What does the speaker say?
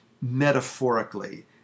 metaphorically